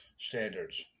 standards